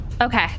Okay